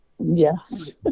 Yes